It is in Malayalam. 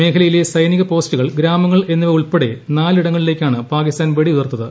മേഖല യിലെ സൈനിക പോസ്റ്റുകൾ ഗ്രാമങ്ങൾ എന്നിവ ഉൾപ്പെടെ നാലിടങ്ങളിലേയ്ക്കാണ് പാകിസ്ഥാൻ വെടി ഉതിർത്തത്